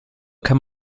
kann